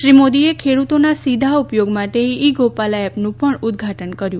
શ્રી મોદીએ ખેડૂતોના સીધા ઉપયોગ માટે ઇ ગોપાલા એપનું પણ ઉદઘાટન કર્યું